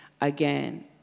Again